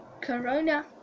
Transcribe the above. Corona